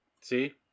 See